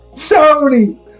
Tony